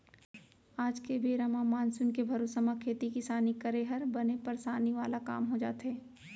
आज के बेरा म मानसून के भरोसा म खेती किसानी करे हर बने परसानी वाला काम हो जाथे